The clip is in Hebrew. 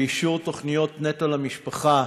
באישור תוכנית "נטו למשפחה",